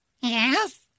Yes